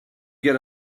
get